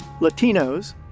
Latinos